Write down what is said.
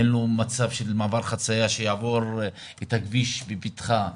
אין לו מעבר חציה שיעבור את הכביש בבטחה,